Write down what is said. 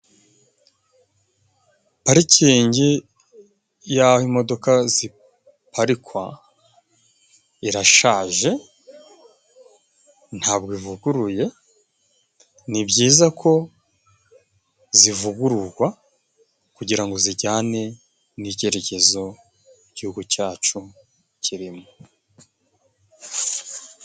Parikingi y'aho imodoka ziparikwa, irashaje, ntabwo ivuguruye, ni byiza ko zivugururwa kugira ngo zijanye n'icerekezo Igihugu cyacu kirimo.